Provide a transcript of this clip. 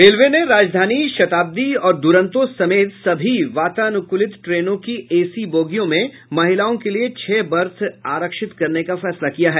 railway ने राजधानी शताब्दी और दूरंतो समेत सभी वातानुकूलित ट्रेनों की एसी बोगियों में महिलाओं के लिये छह बर्थ आरक्षित करने का फैसला किया है